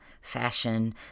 fashion